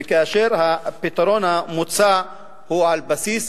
כאשר הפתרון המוצע הוא על בסיס,